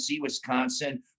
Wisconsin